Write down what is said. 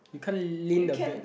you can't lean the bed